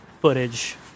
footage